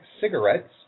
cigarettes